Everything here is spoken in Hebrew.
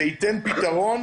זה ייתן פתרון